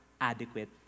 adequate